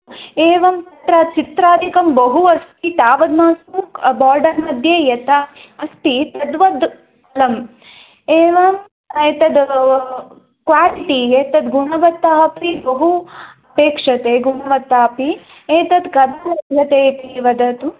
एवं तत्र चित्रादिकं बहु अस्ति तावद् मास्तु बार्डर्मध्ये यथा अस्ति तद्वद् अलम् एवम् एतद् क्वालिटि एतद् गुणवत्ता अपि बहु अपेक्षते गुणवत्ता अपि एतद् कदा दीयते इति वदतु